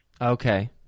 Okay